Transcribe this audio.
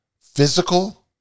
physical